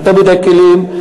יותר מדי כלים.